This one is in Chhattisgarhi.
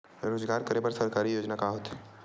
रोजगार करे बर सरकारी योजना का का होथे?